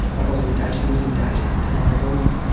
i wasn't dating, i didn't date after that at all.